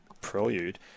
Prelude